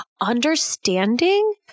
understanding